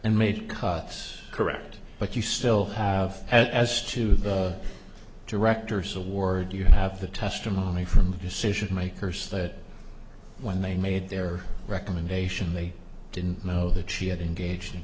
and made cuts correct but you still have as to the director's award you have the testimony from the decision makers that when they made their recommendation they didn't know that she had engaged in